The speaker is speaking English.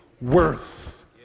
worth